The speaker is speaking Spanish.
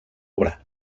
obra